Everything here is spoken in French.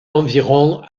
environ